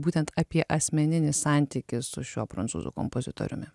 būtent apie asmeninį santykį su šiuo prancūzų kompozitoriumi